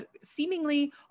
seemingly